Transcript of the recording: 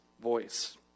voice